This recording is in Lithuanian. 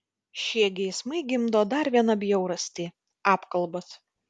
šie geismai gimdo dar vieną bjaurastį apkalbas